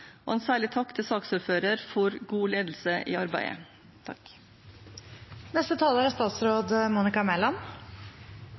og en særlig takk til saksordføreren for god ledelse i arbeidet.